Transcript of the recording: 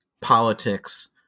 politics